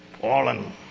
fallen